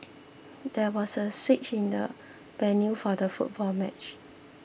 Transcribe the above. there was a switch in the venue for the football match